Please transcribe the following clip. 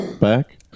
back